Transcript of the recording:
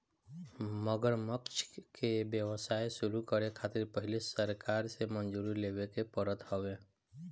मगरमच्छ के व्यवसाय शुरू करे खातिर पहिले सरकार से मंजूरी लेवे के पड़त हवे